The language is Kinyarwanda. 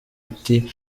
ati